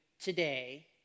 today